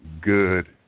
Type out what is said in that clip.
good